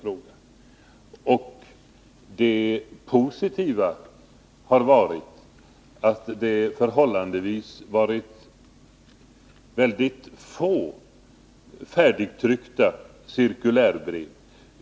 Det positiva med detta har varit att det förekommit förehållandevis få färdigtryckta cirkulärbrev.